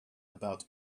about